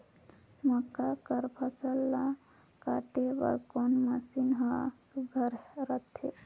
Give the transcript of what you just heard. मक्का कर फसल ला काटे बर कोन मशीन ह सुघ्घर रथे?